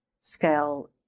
scale